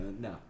no